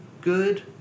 good